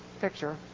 picture